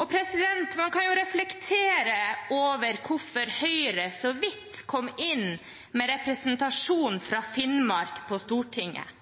Man kan jo reflektere over hvorfor Høyre så vidt kom inn med representasjon fra Finnmark på Stortinget,